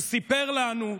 הוא סיפר לנו,